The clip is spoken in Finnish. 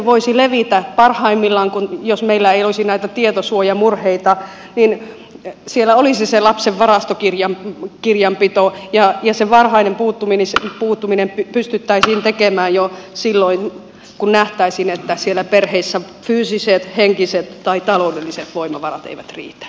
siellähän sitten parhaimmillaan jos meillä ei olisi näitä tietosuojamurheita olisi se lapsen varastokirjanpito ja se varhainen puuttuminen pystyttäisiin tekemään jo silloin kun nähtäisiin että siellä perheissä fyysiset henkiset tai taloudelliset voimavarat eivät riitä